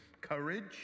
Courage